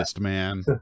man